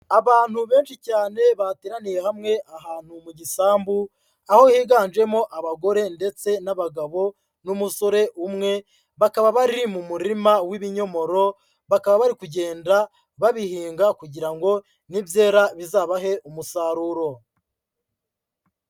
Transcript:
Abantu benshi cyane bateraniye hamwe ahantu mu gisambu, aho higanjemo abagore ndetse n'abagabo n'umusore umwe, bakaba bari mu murima w'ibinyomoro, bakaba bari kugenda babihinga kugira ngo nibyera bizabahe umusaruro.